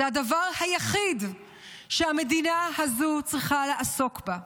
זה הדבר היחיד שהמדינה הזו צריכה לעסוק בו.